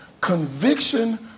Conviction